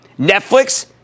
Netflix